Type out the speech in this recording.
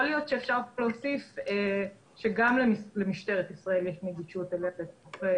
יכול להיות שאפשר להוסיף פה שגם למשטרת ישראל יש נגישות לרשימה לצורכי